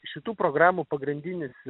šitų programų pagrindinis